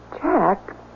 Jack